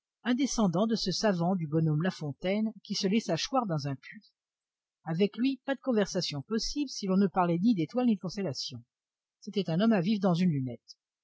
un descendant de ce savant du bonhomme la fontaine qui se laissa choir dans un puits avec lui pas de conversation possible si l'on ne parlait ni d'étoiles ni de constellations c'était un homme à vivre dans une lunette